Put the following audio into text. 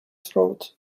throat